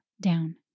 down